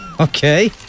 Okay